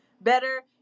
better